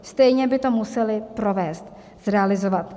Stejně by to museli provést, zrealizovat.